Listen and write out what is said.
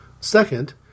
Second